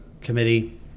committee